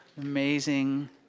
Amazing